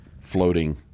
floating